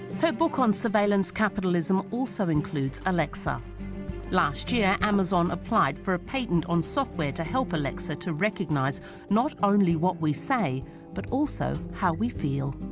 book on surveillance capitalism also includes alexa last year amazon applied for a patent on software to help alexa to recognize not only what we say but also how we feel